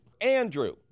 Andrew